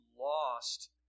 lost